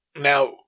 Now